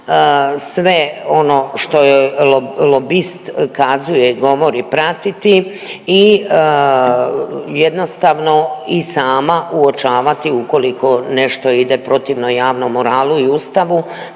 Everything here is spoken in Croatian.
sve ono što joj lobist kazuje, govori, pratiti i jednostavno i sama uočavati ukoliko nešto ide protivno javnom moralu i Ustavu